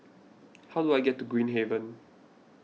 how do I get to Green Haven